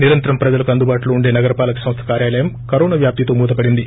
నిరంతరం ప్రజలకు అందుబాటులో ఉండే నగరపాలక సంస్థ కార్యాలయం కరోనా వ్యాప్తితో మూతపడింది